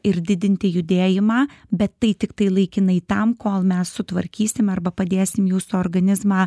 ir didinti judėjimą bet tai tiktai laikinai tam kol mes sutvarkysim arba padėsim jūsų organizmą